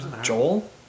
Joel